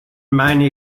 meine